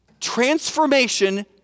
transformation